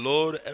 Lord